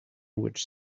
which